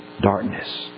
darkness